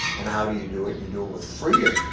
and how do you do it? you do it with freedom.